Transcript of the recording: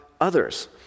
others